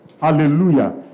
Hallelujah